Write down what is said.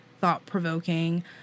thought-provoking